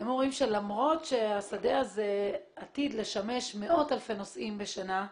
הם אומרים שלמרות שהשדה הזה עתיד לשמש מאות אלפי נוסעים בשנה,